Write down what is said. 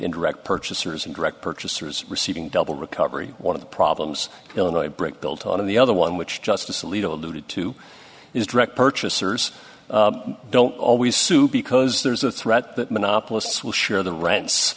indirect purchasers and direct purchasers receiving double recovery one of the problems illinois brick built on the other one which justice alito alluded to is direct purchasers don't always sue because there's a threat that monopolists will share the rents